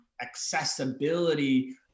accessibility